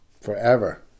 Forever